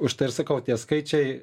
užtai ir sakau tie skaičiai